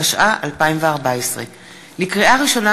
התשע"ה 2014. לקריאה ראשונה,